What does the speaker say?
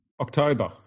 October